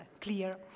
clear